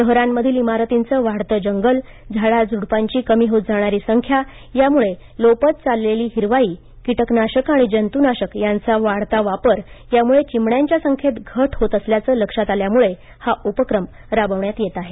शहरांमधील इमारतींचं वाढते जंगल झाडाझुडपांची कमी होत जाणारी संख्या त्यामुळे लोपत चाललेली हिरवाई कीटकनाशक आणि जंतुनाशक यांचा वाढता वापर यामुळे चिमण्यांच्या संख्येत घट होत असल्याचं लक्षात आल्यामुळे हा उपक्रम राबविण्यात येत आहे